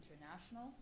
international